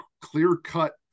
clear-cut